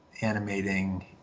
animating